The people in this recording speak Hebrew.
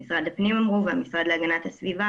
שאמרו משרד הפנים והמשרד להגנת הסביבה